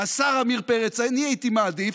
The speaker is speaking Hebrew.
השר עמיר פרץ: אני הייתי מעדיף,